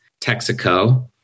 Texaco